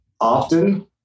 often